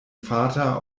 vater